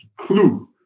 clue